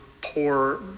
poor